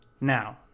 Now